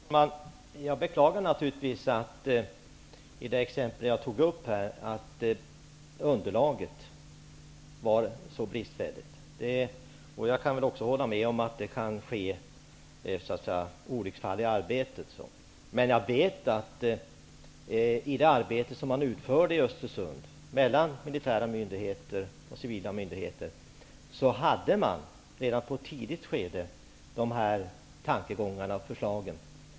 Herr talman! Jag beklagar naturligtvis att underlaget i det exempel som jag tog upp var så bristfälligt. Jag kan också hålla med om att det så att säga kan ske olycksfall i arbetet. Men jag vet att man i det arbete som utfördes i Östersund, mellan militära och civila myndigheter, redan i ett tidigt skede hade dessa tankegångar och förslag.